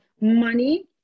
money